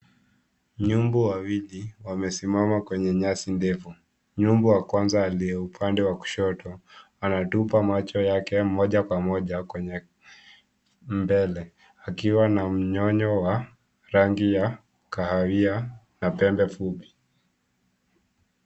Nyumbu wawili wamesimama kwenye nyasi ndefu. Nyumbu wa kwanza aliye upande wa kushoto anatupa macho yake moja kwa moja kwenye mbele akiwa na myonyo wa rangi ya kahawia na pembe fupi.